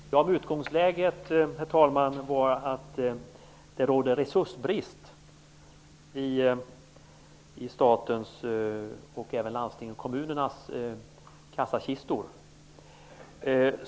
Herr talman! Utgångsläget var att det rådde en resursbrist i statens, landstingens och kommunernas kassakistor.